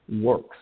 works